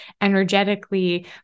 energetically